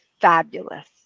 fabulous